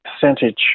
percentage